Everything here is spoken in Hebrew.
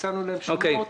הצענו להם חלופות.